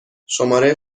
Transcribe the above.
شماره